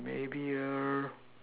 maybe err